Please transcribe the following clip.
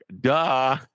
Duh